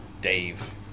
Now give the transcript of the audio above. Dave